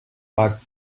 got